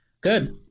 good